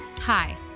hi